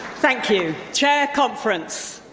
thank you, chair, conference,